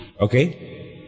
Okay